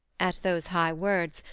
at those high words,